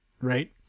Right